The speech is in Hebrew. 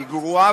היא גרועה,